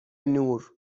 نور